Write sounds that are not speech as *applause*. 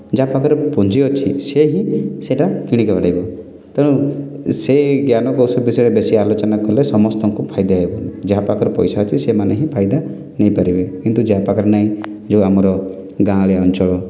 ଯାହା ପାଖରେ ପୁଞ୍ଜି ଅଛି ସେ ହିଁ ସେଇଟା କିଣିବ *unintelligible* ତେଣୁ ସେ ଜ୍ଞାନ କୌଶଳ ବିଷୟରେ ବେଶୀ ଆଲୋଚନା କଲେ ସମସ୍ତଙ୍କୁ ଫାଇଦା ହେବ ଯାହା ପାଖରେ ପଇସା ଅଛି ସେମାନେ ହିଁ ଫାଇଦା ନେଇ ପାରିବେ କିନ୍ତୁ ଯାହା ପାଖରେ ନାହିଁ ଯେଉଁ ଆମର ଗାଁଉଳିଆ ଅଞ୍ଚଳ